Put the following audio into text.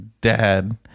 dad